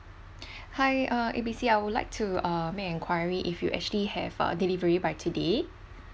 hi uh A B C I would like to uh make enquiry if you actually have uh delivery by today